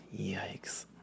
Yikes